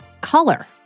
color